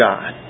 God